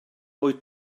wyt